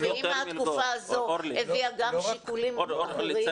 אם התקופה הזו הביאה גם שיקולים אחרים --- לא,